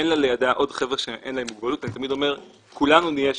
אין לה לידה עוד חבר'ה שאין להם מוגבלות ואני תמיד אומר שכולנו נהיה שם.